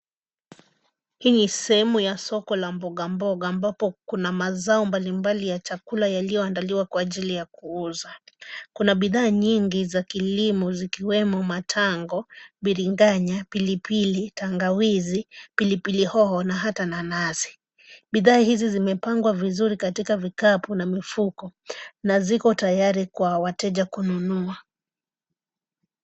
Hii ni sehemu ya soko la mboga mboga ambapo kuna mazao mbalimbali ya chakula yaliyoandaliwa kwa ajili ya kuuzwa. Kuna bidhaa nyingi za kilimo zikiwemo matango, biringanya, pilipili, tangawizi, pilipili hoho na hata nanasi. Bidhaa hizi zimepangwa vizuri katika vikapu na mifuko, na ziko tayari kwa wateja kununua.